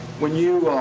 when you